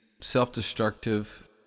self-destructive